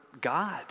God